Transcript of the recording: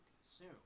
consume